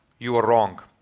you were wrong.